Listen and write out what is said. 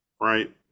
right